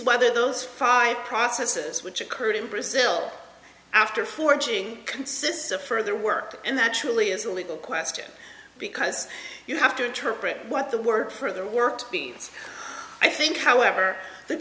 whether those five processes which occurred in brazil after forging consists of further work and that actually is a legal question because you have to interpret what the word further worked besides i think however the